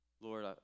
Lord